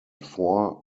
four